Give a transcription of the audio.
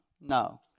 No